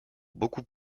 beaucoup